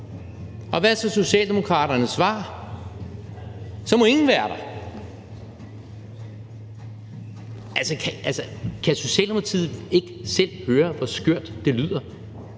Hvad er så Socialdemokraternes svar? Så må ingen være der. Altså, kan Socialdemokratiet ikke selv høre, hvor skørt det lyder?